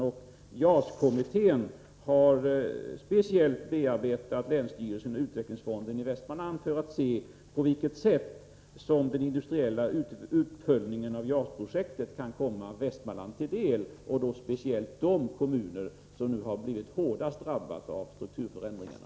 JAS-kommittén har för sin del speciellt bearbetat länsstyrelsen och utvecklingsfonden i Västmanlands län för att se på vilket sätt den industriella uppföljningen av JAS-projektet kan komma Västmanland till del, och då speciellt de kommuner som har blivit hårdast drabbade av strukturförändringarna.